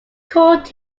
called